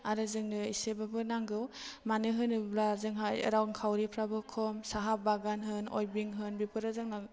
आरो जोंनो इसेबाबो नांगौ मानो होनोब्ला जोंहा रांखावरिफ्राबो खम साहा बागान होन अयबिं होन बेफोरो जोंना